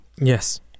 yes